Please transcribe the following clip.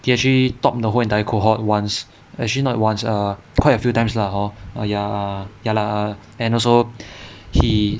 he actually talk to the whole entire cohort once actually not once quite a few times lah hor ah ya ya lah and also he